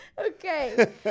Okay